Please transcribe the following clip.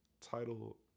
title